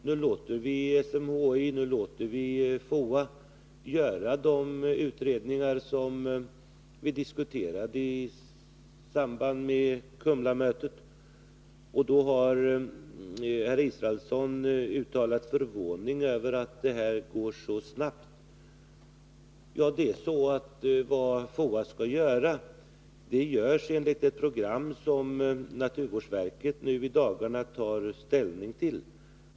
Nu låter vi SMHI och FOA göra de utredningar som vi diskuterade i samband med Kumlamötet. Per Israelsson har uttalat förvåning över att detta utredningsarbete skall gå så snabbt. FOA:s arbete skall följa ett program som naturvårdsverket i dagarna tar ställning till.